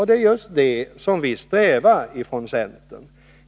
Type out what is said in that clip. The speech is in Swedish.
Det är just det vi strävar efter ifrån centerns sida.